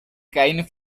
caín